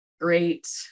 great